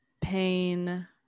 pain